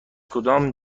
کدام